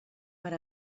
per